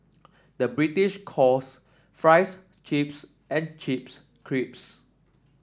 the British calls fries chips and chips crisps